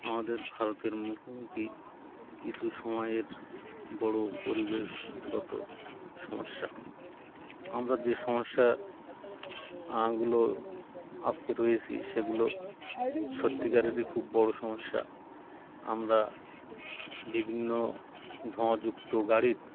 আমাদের ভারতের মুখোমুখি কিছু সময়ের বড় পরিবেশগত সমস্যা আমরা যে সমস্যা গুলো আজকে রয়েছি সেগুলো সত্যিকারেরই খুব বড় সমস্যা আমরা বিভিন্ন ধোঁয়াযুক্ত গাড়ির